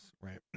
right